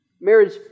marriage